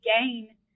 gain